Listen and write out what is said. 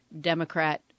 Democrat